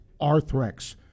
Arthrex